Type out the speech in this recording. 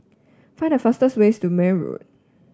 find the fastest way to Marne Road